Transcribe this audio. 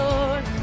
Lord